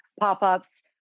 pop-ups